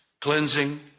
cleansing